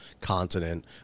continent